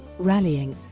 rallying